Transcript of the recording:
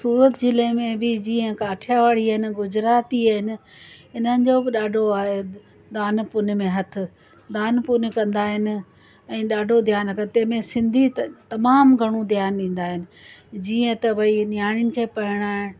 सूरत ज़िले में बि जीअं काठिया वाड़ी आहिनि गुजराती आहिनि इन्हनि जो बि ॾाढो आहे दानु पुञ में हथ दानु पुञु कंदा आहिनि ऐं ॾाढो ध्यान त तंहिंमें सिंधी त तमामु घणो ध्यानु ॾींदा आहिनि जीअं त भई नियाणीयुनि खे परिणाइणु